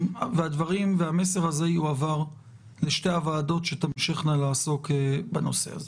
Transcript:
הדברים והמסר והזה יועברו לשתי הוועדות שיעסקו בנושא הזה.